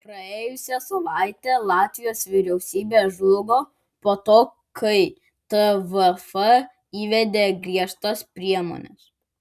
praėjusią savaitę latvijos vyriausybė žlugo po to kai tvf įvedė griežtas priemones